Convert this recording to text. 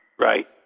Right